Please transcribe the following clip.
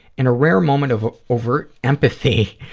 in a rare moment of overt empathy,